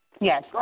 Yes